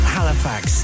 Halifax